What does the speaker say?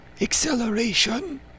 acceleration